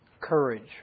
courage